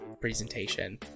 presentation